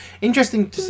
Interesting